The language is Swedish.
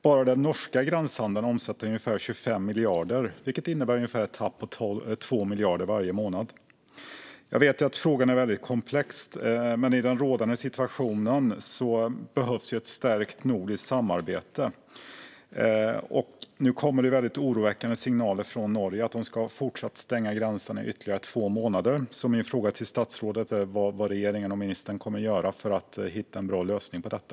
Bara den norska gränshandeln omsätter ungefär 25 miljarder kronor, vilket innebär ett tapp på ungefär 2 miljarder kronor varje månad. Jag vet att frågan är mycket komplex. Men i den rådande situationen behövs ett stärkt nordiskt samarbete. Nu kommer det mycket oroväckande signaler från Norge om att man ska ha stängda gränser i ytterligare två månader. Min fråga till statsrådet är vad regeringen och ministern kommer att göra för att hitta en bra lösning på detta.